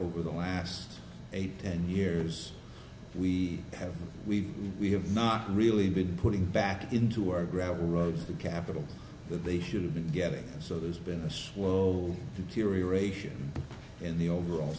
over the last eight ten years we have we we have not really been putting back into our gravel roads the capital that they should have been getting so there's been a slow deterioration in the overall